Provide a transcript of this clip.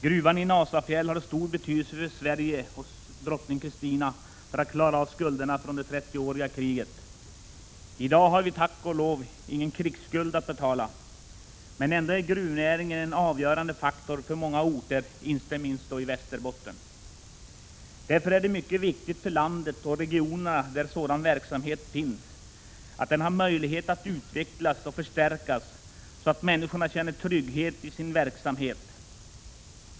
Gruvan i Nasafjäll hade stor betydelse för Sverige och för drottning Kristinas möjligheter att klara av skulderna från det trettioåriga kriget. I dag har vi tack och lov ingen krigsskuld att betala. Men gruvnäringen är ändå en avgörande faktor för många orter, inte minst i Västerbotten. Det är därför mycket viktigt för landet och för regionerna där sådan verksamhet finns, att den har möjlighet att utvecklas och förstärkas så att människorna känner trygghet i sin verksamhet.